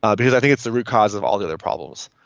ah because i think it's the root cause of all the other problems.